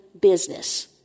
business